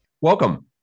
Welcome